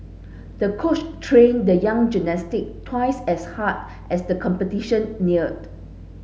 the coach trained the young gymnast twice as hard as the competition neared